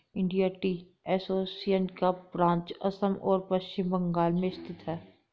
Indian Tea Association का branch Assam और पश्चिम बंगाल में स्थित है